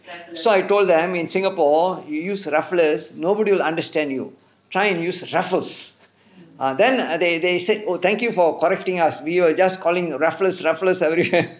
so I told them in singapore you use raffles nobody will understand you try and use raffles ah then they they said oh thank you for correcting us we were just calling raffles raffles everywhere